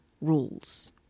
rules